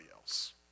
else